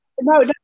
no